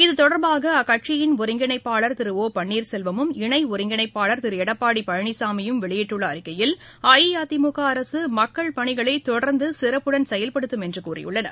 இது தொடர்பாக அக்கட்சியின் ஒருங்கிணைப்பாளர் திரு ஒ பன்னீர்செல்வமும் இணை ஒருங்கிணைப்பாள் திரு எடப்பாடி பழனிசாமியும் வெளியிட்டுள்ள அறிக்கையில் அஇஅதிமுக அரசு மக்கள் பணிகளை தொடர்ந்து சிறப்புடன் செயல்படுத்தும் என்று கூறியுள்ளனர்